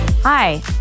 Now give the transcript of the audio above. Hi